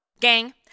Gang